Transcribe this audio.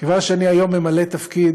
כיוון שהיום אני ממלא תפקיד